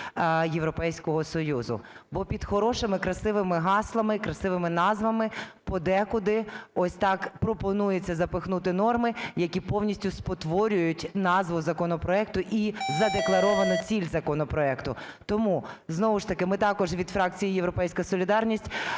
Європейського Союзу. Бо під хорошими, красивими гаслами і красивими назвами подекуди ось так пропонується запихнути норми, які повністю спотворюють назву законопроекту і задекларовану ціль законопроекту. Тому знову ж таки ми також від фракції "Європейська солідарність"